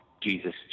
Jesus